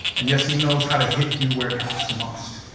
and yes, he knows how to hit you where it hurts the most